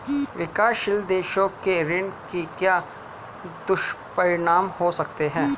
विकासशील देशों के ऋण के क्या दुष्परिणाम हो सकते हैं?